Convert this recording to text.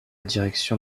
direction